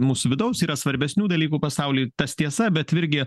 mūsų vidaus yra svarbesnių dalykų pasauly tas tiesa bet virgi